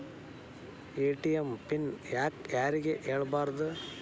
ATM PIN ಯಾಕ್ ಯಾರಿಗೂ ಹೇಳಬಾರದು?